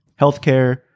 Healthcare